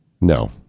No